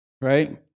right